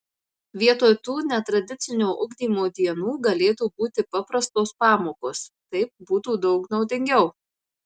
vietoj tų netradicinio ugdymo dienų galėtų būti paprastos pamokos taip būtų daug naudingiau